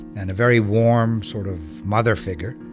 and a very warm sort of mother figure,